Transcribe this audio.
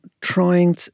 trying